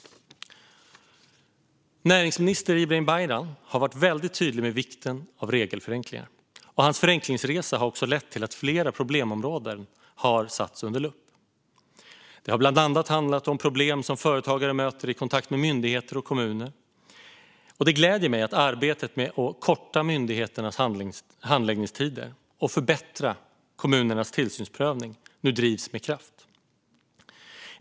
Näringsminister Ibrahim Baylan har varit väldigt tydlig med vikten av regelförenklingar. Hans förenklingsresa har också lett till att flera problemområden har satts under lupp. Det har bland annat handlat om problem som företagare möter i kontakt med myndigheter och kommuner. Och det gläder mig att arbetet med att korta myndigheternas handläggningstider och förbättra kommunernas tillsynsprövning nu drivs med kraft.